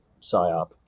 psyop